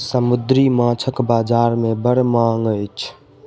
समुद्री माँछक बजार में बड़ मांग अछि